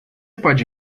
pode